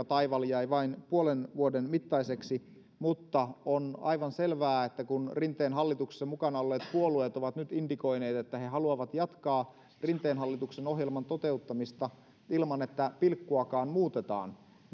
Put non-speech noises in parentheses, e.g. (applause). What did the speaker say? (unintelligible) taival jäi vain puolen vuoden mittaiseksi mutta on aivan selvää että kun rinteen hallituksessa mukana olleet puolueet ovat nyt indikoineet että he haluavat jatkaa rinteen hallituksen ohjelman toteuttamista ilman että pilkkuakaan muutetaan